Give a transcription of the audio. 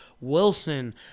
Wilson